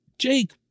Jake